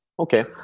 Okay